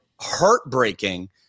heartbreaking